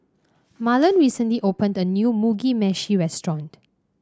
Marlon recently opened a new Mugi Meshi Restaurant